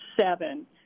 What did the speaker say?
seven